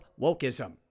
wokeism